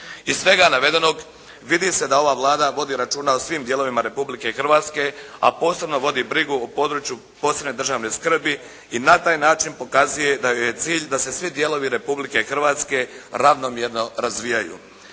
Iz svega navedenog vidi se da ova Vlada vodi računa o svim dijelovima Republike Hrvatske, a posebno vodi brigu o području posebne državne skrbi i na taj način pokazuje da joj je cilj da se svi dijelovi Republike Hrvatske ravnomjerno razvijaju.